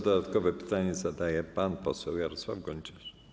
Dodatkowe pytanie zada pan poseł Jarosław Gonciarz.